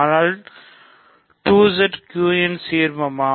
ஆனால் 2Z Q இன் சீர்மமா